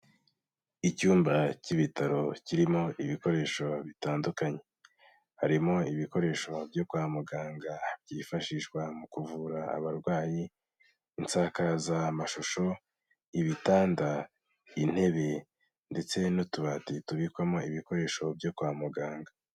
Icyumba k'ibitaro kirimo ibikoresho bitandukanye, harimo ibikoresho byo kwa muganga byifashishwa mu kuvura abarwayi, insakazamashusho, ibitanda, intebe ndetse n'utubati tubikwamo ibikoresho byo kwa muganga.